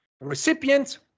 recipient